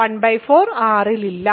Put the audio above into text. ¼ R ൽ ഇല്ല